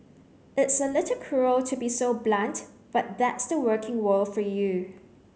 it's a little cruel to be so blunt but that's the working world for you